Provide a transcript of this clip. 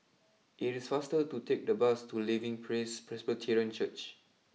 it is faster to take the bus to Living Praise Presbyterian Church